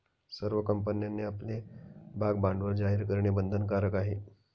सर्व कंपन्यांनी आपले भागभांडवल जाहीर करणे बंधनकारक आहे